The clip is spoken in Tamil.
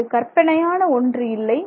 இது கற்பனையான ஒன்று இல்லை